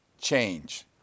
change